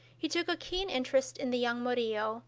he took a keen interest in the young murillo,